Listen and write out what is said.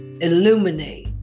illuminate